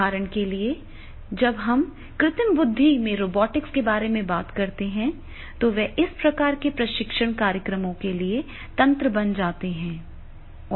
उदाहरण के लिए जब हम कृत्रिम बुद्धि में रोबोटिक्स के बारे में बात करते हैं तो वे इस प्रकार के प्रशिक्षण कार्यक्रमों के लिए तंत्र बन जाते हैं